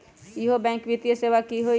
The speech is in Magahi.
इहु बैंक वित्तीय सेवा की होई?